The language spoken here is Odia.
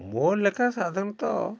ମୋ ଲେଖା ସାଧାରଣତଃ